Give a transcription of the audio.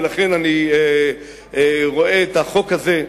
לכן אני רואה את החוק הזה,